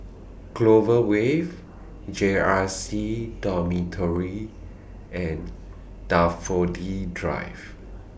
Clover Way J R C Dormitory and Daffodil Drive